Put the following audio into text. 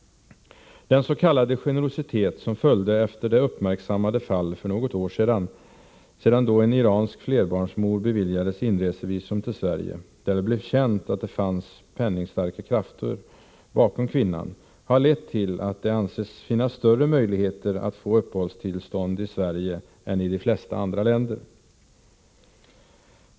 Den s.k. generositet som följde efter det uppmärksammade fall för något år sedan då en iransk flerbarnsmor beviljades inresevisum till Sverige, där det blev väl känt att det fanns penningstarka krafter bakom kvinnan, har lett till att det anses finnas större möjligheter att få uppehållstillstånd i Sverige än i de flesta andra länder.